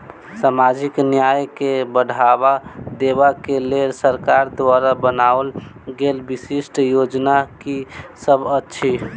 सामाजिक न्याय केँ बढ़ाबा देबा केँ लेल सरकार द्वारा बनावल गेल विशिष्ट योजना की सब अछि?